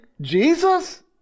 Jesus